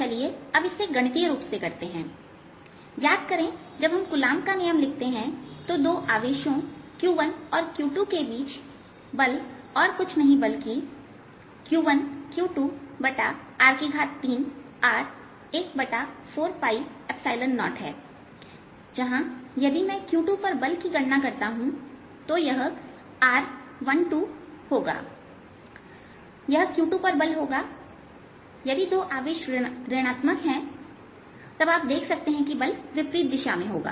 चलिए अब इसे गणितीय रूप से करते हैं याद करें कि जब हम कूलाम का नियम लिखते हैं तो दो आवेशों Q 1 और Q 2 के बीच बल कुछ नहीं बल्कि 140Q1Q2r3r सदिश है जहां यदि मैं Q 2 पर बल की गणना करता हूं तो यहां r12 होगा और यह Q 2 पर बल होगा यदि दो आवेश ऋण आत्मक हैं तब आप देख सकते हैं कि बल विपरीत दिशा में होगा